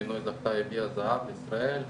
לינוי זכתה והביאה זהב לישראל,